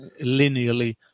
linearly